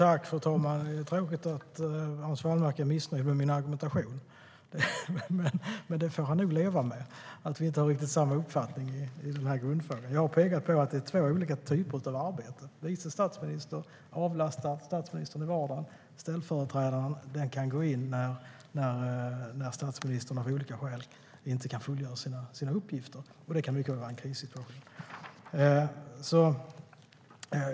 Fru talman! Det är tråkigt att Hans Wallmark är missnöjd med min argumentation, men han får nog leva med att vi inte har samma uppfattning i grundfrågan. Jag har pekat på att det är fråga om två olika typer av arbeten. Vice statsministern avlastar statsministern i vardagen. Ställföreträdaren går in när statsministern av olika skäl inte kan fullgöra sina uppgifter. Det kan mycket väl vara i en krissituation.